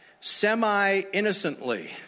semi-innocently